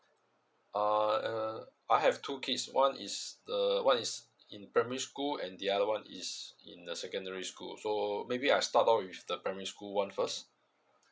(uh huh) I have two kids one is the one is in primary school and the other one is in the secondary school so maybe I start out with the primary school one first